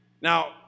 Now